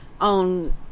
on